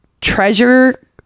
Treasure